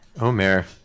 Omer